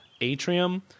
atrium